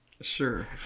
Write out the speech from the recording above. Sure